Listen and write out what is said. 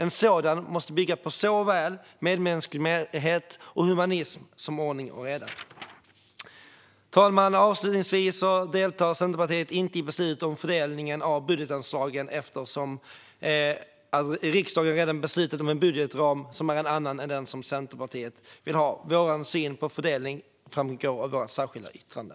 En sådan måste bygga på såväl medmänsklighet och humanism som ordning och reda. Fru talman! Avslutningsvis: Centerpartiet deltar inte i beslut om fördelningen av budgetanslagen, eftersom riksdagen redan har beslutat om en budgetram som är en annan än den vi i Centerpartiet vill ha. Vår syn på fördelning framgår av vårt särskilda yttrande.